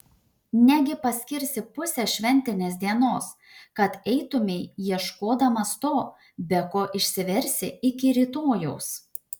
negi paskirsi pusę šventinės dienos kad eitumei ieškodamas to be ko išsiversi iki rytojaus